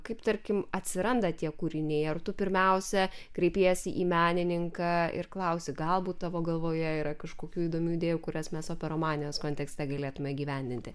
kaip tarkim atsiranda tie kūriniai ar tu pirmiausia kreipiesi į menininką ir klausi galbūt tavo galvoje yra kažkokių įdomių idėjų kurias mes operomanijos kontekste galėtume įgyvendinti